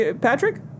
Patrick